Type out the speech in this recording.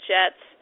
Jets